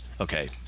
Okay